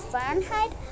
Fahrenheit